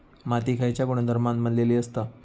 माती खयच्या गुणधर्मान बनलेली असता?